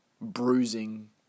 bruising